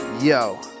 Yo